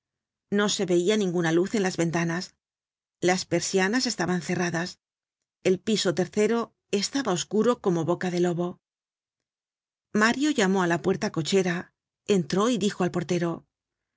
no se veia ninguna luz en las ventanas las persianas estaban cerradas el piso tercero estaba oscuro como boca de lobo mario llamó á la puerta-cochera entró y dijo al portero